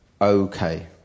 okay